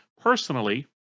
personally